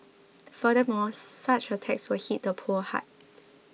furthermore such a tax will hit the poor hard